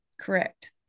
Correct